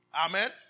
Amen